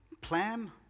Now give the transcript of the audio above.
plan